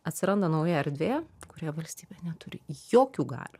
atsiranda nauja erdvė kurioje valstybė neturi jokių galių